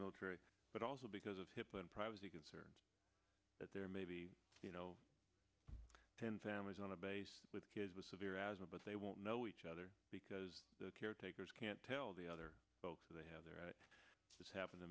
military but also because of hip and privacy concerns that there may be you know ten families on a base with kids with severe asthma but they won't know each other because the caretakers can't tell the other they have the right does happen to